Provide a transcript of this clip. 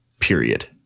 period